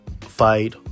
fight